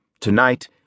Tonight